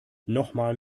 nochmal